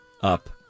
up